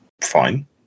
fine